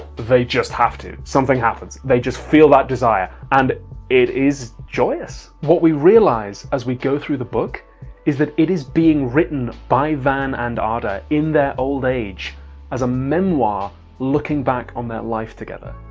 they just have to, something happens, they just feel that desire and it is joyous. what we realize as we go through the book is that it is being written by van and ada in their old age as a memoir looking back on their life together.